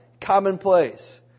commonplace